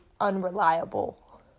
unreliable